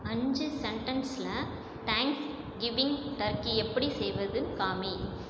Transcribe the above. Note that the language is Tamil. அஞ்சு செண்டென்ஸில் தேங்க்ஸ் கிவிங் டர்கி எப்படி செய்வதுன்னு காமி